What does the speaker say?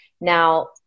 Now